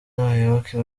abayoboke